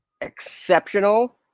exceptional